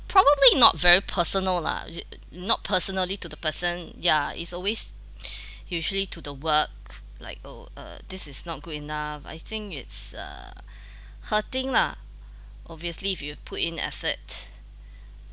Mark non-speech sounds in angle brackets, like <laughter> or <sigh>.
probably not very personal lah not personally to the person ya it's always <breath> usually to the work like oh uh this is not good enough I think it's uh hurting lah obviously if you put in effort